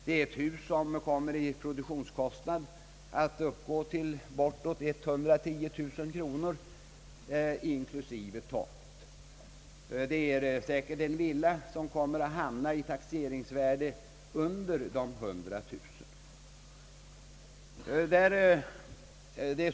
Där beskrivs ett hus vars produktionskostnad kommer att uppgå till bortåt 110 000 kronor inklusive tomt. Denna villa kommer att hamna i ett taxeringsvärde under de 100 000 kronorna.